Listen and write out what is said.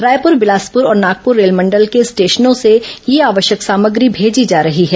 रायपुर बिलासपुर और नागपुर रेलमंडल के स्टेशनों से ये आवश्यक सामग्री भेजी जा रही है